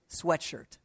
sweatshirt